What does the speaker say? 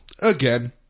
Again